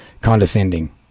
condescending